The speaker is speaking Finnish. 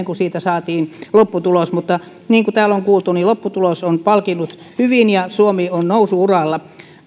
kuin siitä saatiin lopputulos mutta niin kuin täällä on kuultu lopputulos on palkinnut hyvin ja suomi on nousu uralla